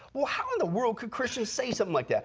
well, how in the world could christians say something like that?